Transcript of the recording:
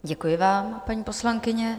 Děkuji vám, paní poslankyně.